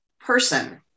person